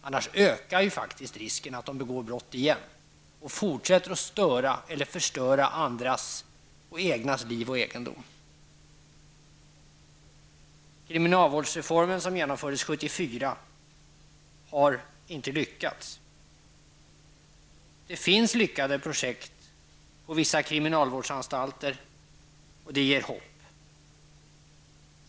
Annars ökar risken för återfall och för att de därmed fortsätter att förstöra egnas och andras liv och egendom. 1974 års kriminalvårdsreform har inte varit lyckosam. Det finns lyckade projekt på vissa kriminalvårdsanstalter, vilket inger hopp.